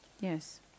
Yes